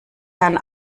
herrn